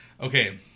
Okay